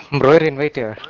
grade in